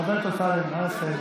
לא,